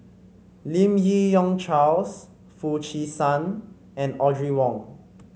Lim Yi Yong Charles Foo Chee San and Audrey Wong